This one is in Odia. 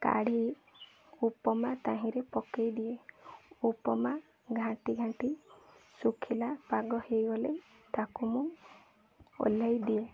କାଢ଼ି ଉପମା ତାହିଁରେ ପକେଇଦିଏ ଉପମା ଘାଣ୍ଟି ଘାଣ୍ଟି ଶୁଖିଲା ପାଗ ହେଇଗଲେ ତାକୁ ମୁଁ ଓହ୍ଲେଇ ଦିଏ